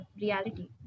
reality